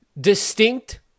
distinct